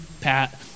Pat